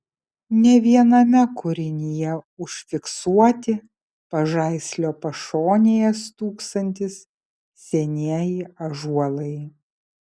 ne viename kūrinyje užfiksuoti pažaislio pašonėje stūksantys senieji ąžuolai